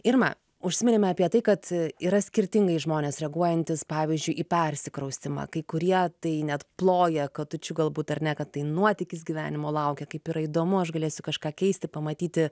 irma užsiminėme apie tai kad yra skirtingai žmonės reaguojantys pavyzdžiui į persikraustymą kai kurie tai net ploja katučių galbūt ar ne kad tai nuotykis gyvenimo laukia kaip ir įdomu aš galėsiu kažką keisti pamatyti